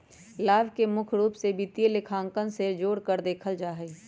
लाभ के मुख्य रूप से वित्तीय लेखांकन से जोडकर देखल जा हई